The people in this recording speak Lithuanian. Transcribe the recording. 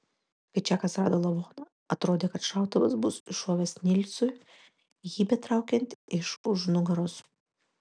kai čakas rado lavoną atrodė kad šautuvas bus iššovęs nilsui jį betraukiant iš už nugaros